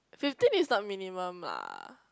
fifteen is the minimum lah